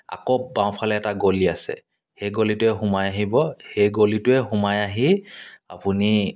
আকৌ বাওঁফালে এটা গলি আছে সেই গলিটোৱে সোমাই আহিব সেই গলিটোৱে সোমাই আহি আপুনি